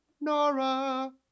Nora